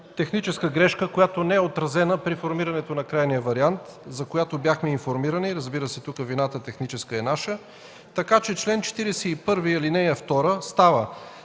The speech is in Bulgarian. техническа грешка, която не е отразена при формирането на крайния вариант, за която бяхме информирани. Разбира се тук техническата вина е наша. Член 41, ал. 2 става: